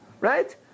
right